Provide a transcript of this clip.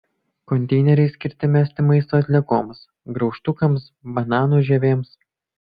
konteineriai skirti mesti maisto atliekoms graužtukams bananų žievėms